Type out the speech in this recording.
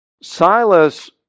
Silas